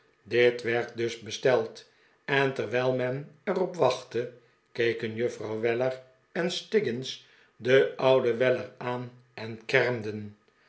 dit werd dus besteld en terwijl men er op wachtte keken juffrouw weller en stiggins den ouden weller aan en kermden